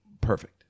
perfect